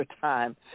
time